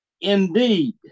indeed